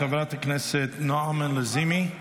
חברת הכנסת נעמה לזימי,